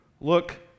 look